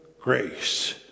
grace